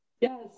Yes